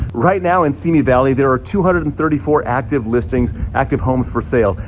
right now in simi valley, there are two hundred and thirty four active listings, active homes for sale.